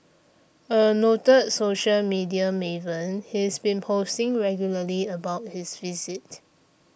a noted social media Maven he's been posting regularly about his visit